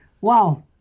Wow